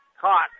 Caught